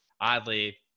oddly